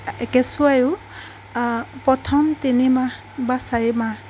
কেঁচুৱাইও আ প্ৰথম তিনিমাহ বা চাৰিমাহ